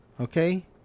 Okay